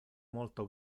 molto